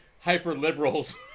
hyper-liberals